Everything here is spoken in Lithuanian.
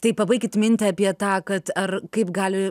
taip pabaikit mintį apie tą kad ar kaip gali